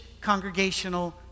congregational